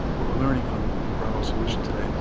what we're learning from bravo solution today,